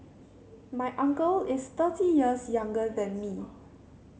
my uncle is thirty years younger than me